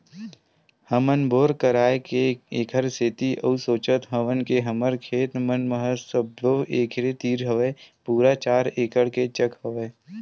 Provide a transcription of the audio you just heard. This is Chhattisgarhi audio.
हमन बोर करवाय के ऐखर सेती अउ सोचत हवन के हमर खेत मन ह सब्बो एके तीर हवय पूरा चार एकड़ के चक हवय